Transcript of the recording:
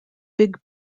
big